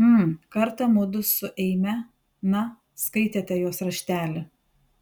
mm kartą mudu su eime na skaitėte jos raštelį